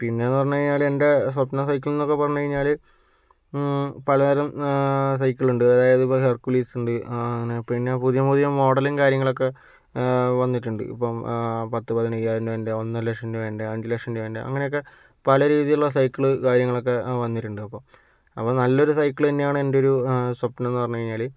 പിന്നേന്നു പറഞ്ഞു കഴിഞ്ഞാൽ എൻ്റെ സ്വപ്ന സൈക്കിൾ എന്നൊക്കെ പറഞ്ഞുകഴിഞ്ഞാൽ പലതരം സൈക്കിൾ ഉണ്ട് അതായത് ഇപ്പോൾ ഹെർക്കുലീസ് ഉണ്ട് അങ്ങനെ പിന്നെ പുതിയ പുതിയ മോഡലും കാര്യങ്ങളും ഒക്കെ വന്നിട്ടുണ്ട് ഇപ്പം പത്ത് പതിനയ്യയിരം രൂപേൻ്റെ ഒന്നരലക്ഷം രൂപേൻ്റെ അഞ്ച് ലക്ഷം രൂപേൻ്റെ അങ്ങനെയൊക്കെ പല രീതിയിലുള്ള സൈക്കിൾ കാര്യങ്ങളൊക്കെ വന്നിട്ടുണ്ട് ഇപ്പൊ അപ്പം നല്ല ഒരു സൈക്കിൾ തന്നെയാണ് എൻ്റെ ഒരു സ്വപ്നം എന്നുപറഞ്ഞ് കഴിഞ്ഞാല്